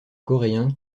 coréens